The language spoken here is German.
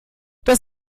das